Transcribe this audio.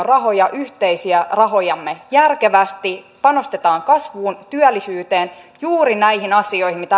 rahoja yhteisiä rahojamme järkevästi panostetaan kasvuun työllisyyteen juuri näihin asioihin mitä